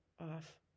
off